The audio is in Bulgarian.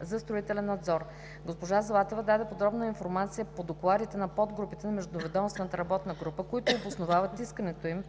за строителен надзор. Госпожа Златева даде подробна информация по докладите на подгрупите на Междуведомствената работна група, които обосновават искането им